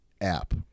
app